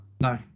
No